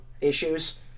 issues